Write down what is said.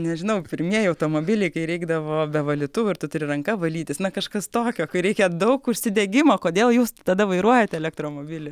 nežinau pirmieji automobiliai kai reikdavo be valytuvų ir tu turi ranka valytis na kažkas tokio kai reikia daug užsidegimo kodėl jūs tada vairuojat elektromobilį